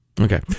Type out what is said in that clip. Okay